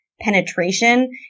penetration